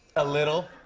a little.